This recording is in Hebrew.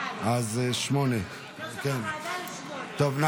8 כנוסח הוועדה.